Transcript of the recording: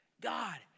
God